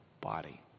body